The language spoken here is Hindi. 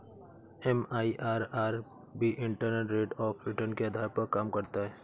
एम.आई.आर.आर भी इंटरनल रेट ऑफ़ रिटर्न के आधार पर काम करता है